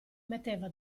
metteva